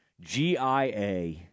GIA